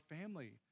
family